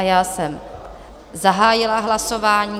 Já jsem zahájila hlasování.